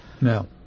No